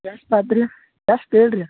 ಎಷ್ಟು ಆತು ರೀ ಎಷ್ಟು ಹೇಳ್ರೀ